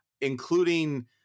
including